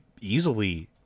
easily